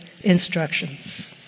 instructions